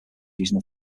using